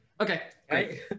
Okay